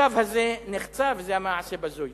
הקו הזה נחצה, וזה היה מעשה בזוי.